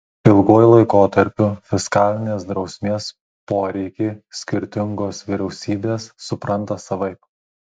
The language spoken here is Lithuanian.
ilguoju laikotarpiu fiskalinės drausmės poreikį skirtingos vyriausybės supranta savaip